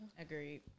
agreed